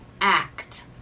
act